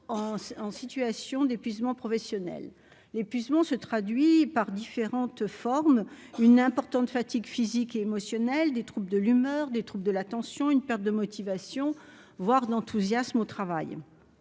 en situation d'épuisement professionnel, l'épuisement se traduit par différentes formes, une importante fatigue physique et émotionnel des troupes de l'humeur des troupes de la tension, une perte de motivation, voire d'enthousiasme au travail,